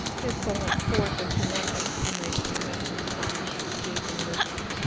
his soul went forth into one exclamation, and then he was silent, with gaping lips.